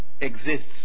exists